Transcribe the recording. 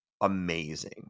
amazing